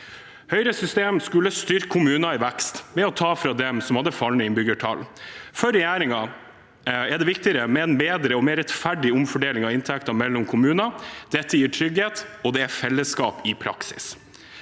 Høyres system skulle styrke kommuner i vekst ved å ta fra dem som hadde fallende innbyggertall. For regjeringen er det viktigere med en bedre og mer rettferdig omfordeling av inntektene mellom kommunene. Dette gir trygghet, og det er fellesskap i praksis.